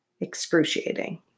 excruciating